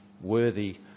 worthy